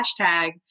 hashtag